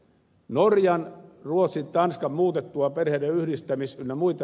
norjan ruotsin tanskan muutettua perheiden yhdistämis ynnä muuta